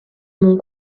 mon